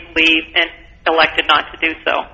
to leave and elected not to do so